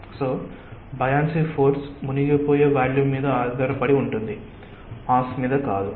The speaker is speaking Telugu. కాబట్టి బయాన్సీ ఫోర్స్ మునిగిపోయే వాల్యూమ్ మీద ఆధారపడి ఉంటుంది మాస్ మీద కాదు